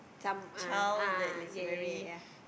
some ah a'ah yeah yeah yeah yeah yeah